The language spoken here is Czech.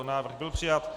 Návrh byl přijat.